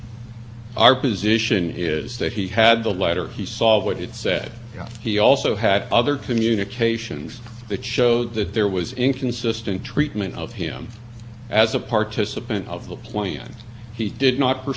letter he saw what it said he also had other communications that showed that there was inconsistent treatment of him as a participant of the plan he did not pursue it at that time but